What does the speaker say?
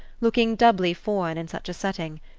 looking doubly foreign in such a setting.